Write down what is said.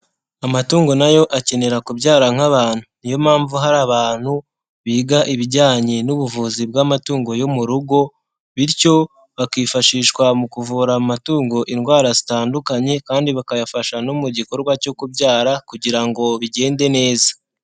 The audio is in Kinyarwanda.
Amatungo nayo akenera kubyara nk'abantu. Niyo mpamvu hari abantu biga ibijyanye n'ubuvuzi bw'amatungo yo mu rugo, bityo bakifashishwa mu kuvura amatungo indwara zitandukanye kandi bakayafasha no mu gikorwa cyo kubyara kugira ngo bigende neza.